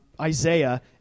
Isaiah